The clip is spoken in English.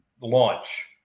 launch